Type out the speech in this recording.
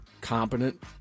competent